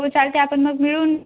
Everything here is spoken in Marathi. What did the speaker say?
हो चालते आपण मग मिळून